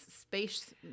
space